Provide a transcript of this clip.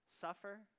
suffer